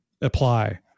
apply